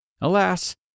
Alas